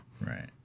Right